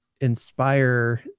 inspire